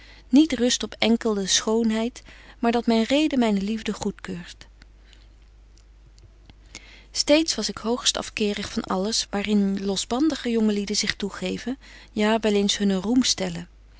niet rust op enkelde schoonheid maar dat myn reden myne liefde goedkeurt steeds was ik hoogst afkerig van alles waarïn losbandige jonge lieden zich toegeven ja wel eens hunnen roem stellen